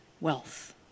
wealth